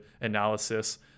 analysis